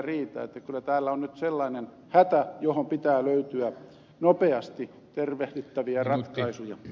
kyllä täällä on nyt sellainen hätä johon pitää löytyä nopeasti tervehdyttäviä ratkaisuja